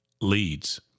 leads